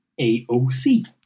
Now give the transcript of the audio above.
AOC